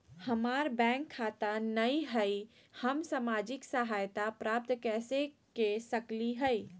हमार बैंक खाता नई हई, हम सामाजिक सहायता प्राप्त कैसे के सकली हई?